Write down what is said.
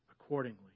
accordingly